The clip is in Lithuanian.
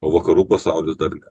o vakarų pasaulis dar ne